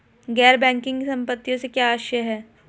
गैर बैंकिंग संपत्तियों से क्या आशय है?